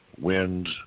Wind